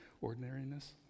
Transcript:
ordinariness